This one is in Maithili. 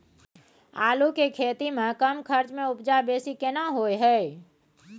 आलू के खेती में कम खर्च में उपजा बेसी केना होय है?